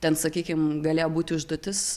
ten sakykim galėjo būti užduotis